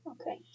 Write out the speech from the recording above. Okay